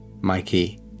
Mikey